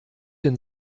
den